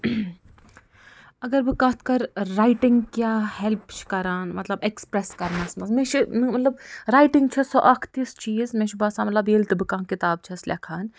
اگر بہٕ کَتھ کَرٕ رایٹِنٛگ کیٛاہ ہٮ۪لٕپ چھِ کَران مطلب اٮ۪کٕسپرٛٮ۪س کَرنس منٛز مےٚ چھِ مطلب رایٹِنٛگ چھےٚ سۄ اکھ تِژھ چیٖز مےٚ چھُ باسان مطلب ییٚلہِ تہِ بہٕ کانٛہہ کِتاب چھَس لٮ۪کھان